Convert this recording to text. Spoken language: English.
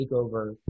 takeover